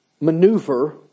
maneuver